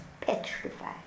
petrified